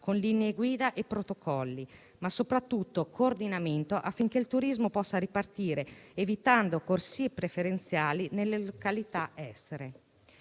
con linee guida e protocolli, ma soprattutto coordinamento, affinché il turismo possa ripartire evitando corsie preferenziali nelle località estere.